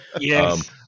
Yes